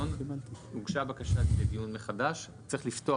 הוגשה בקשה לדיון מחדש ולפי התקנון צריך לפתוח